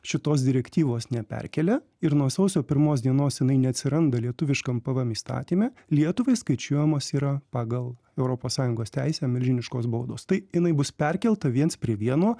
šitos direktyvos neperkelia ir nuo sausio pirmos dienos jinai neatsiranda lietuviškam pvm įstatyme lietuvai skaičiuojamos yra pagal europos sąjungos teisę milžiniškos baudos tai jinai bus perkelta viens prie vieno